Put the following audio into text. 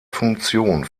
funktion